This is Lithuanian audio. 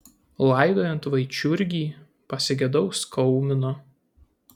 laidojant vaičiurgį pasigedau skaumino